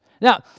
Now